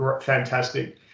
fantastic